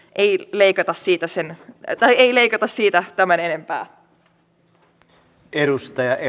ei leikata siitä sen tai ei leikata siitä tämän enempää